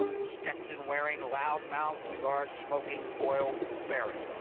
the stetson-wearing, loudmouth, cigar-smoking oil baron.